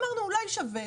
אמרנו: אולי שווה.